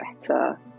better